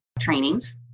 trainings